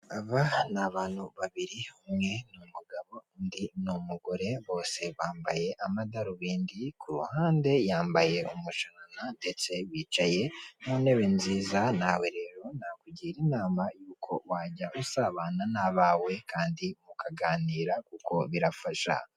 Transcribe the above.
Aba ni abantu batatu, umwe muri bo asa nk'ukuze, ni umudamu wishimye afite umwana mu ntoki, hari undi uryamye wambaye ibintu by'umweru bisa nk'aho ari kwa muganga, hamwe n'ubwishingizi bwo kwivuza ku giti cyawe n'abagize umuryango ikizere cy'ejo hazaza, ibyishimo by'umuryango, ni amagambo yanditse ku cyapa cyamamaza baherereyeho.